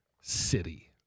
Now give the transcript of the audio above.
city